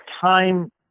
time